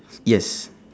yes